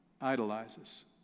idolizes